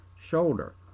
shoulder